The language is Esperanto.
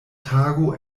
tago